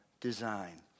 design